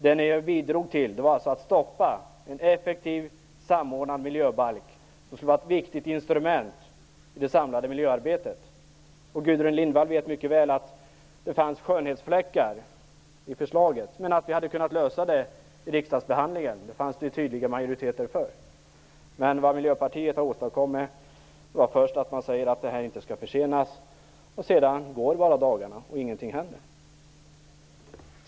Det ni bidrog med var alltså att stoppa en effektiv, samordnad miljöbalk som skulle varit ett viktigt instrument i det samlade miljöarbetet. Gudrun Lindvall vet mycket väl att det fanns skönhetsfläckar i förslaget, men vi hade kunnat lösa detta i riksdagsbehandlingen. Det fanns det tydliga majoriteter för. Vad Miljöpartiet har åstadkommit är att man först sagt att detta inte skall försenas, men sedan går bara dagarna, och ingenting händer.